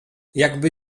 jakby